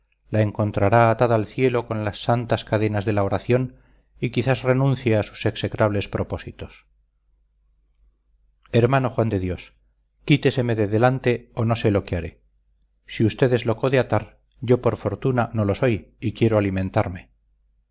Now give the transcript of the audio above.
la encontrará atada al cielo con la santas cadenas de la oración y quizás renuncie a sus execrables propósitos hermano juan de dios quíteseme de delante o no sé lo que haré si usted es loco de atar yo por fortuna no lo soy y quiero alimentarme